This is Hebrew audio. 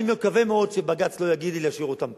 אני מקווה מאוד שבג"ץ לא יגיד לי להשאיר אותם פה.